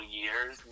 years